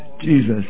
Jesus